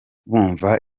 bumva